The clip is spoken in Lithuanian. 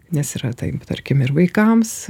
nes yra taip tarkim ir vaikams